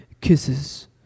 Kisses